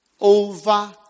over